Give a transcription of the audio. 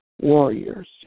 warriors